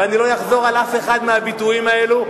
ואני לא אחזור על אף אחד מהביטויים האלה.